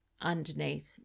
underneath